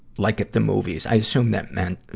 like at the movies. i assume that meant, ah,